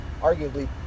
arguably